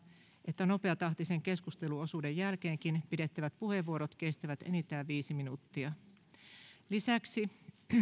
että nopeatahtisen keskusteluosuuden jälkeenkin pidettävät puheenvuorot kestävät enintään viisi minuuttia lisäksi